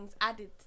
added